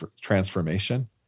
transformation